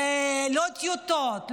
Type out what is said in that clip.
לא טיוטות,